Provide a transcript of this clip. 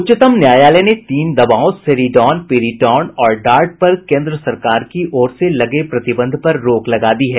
उच्चतम न्यायालय ने तीन दवाओं सेरीडॉन पिरिटॉन और डार्ट पर केंद्र सरकार की ओर से लगे प्रतिबंध पर रोक लगा दी है